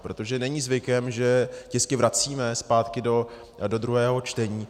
Protože není zvykem, že tisky vracíme zpátky do druhého čtení.